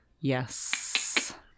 Yes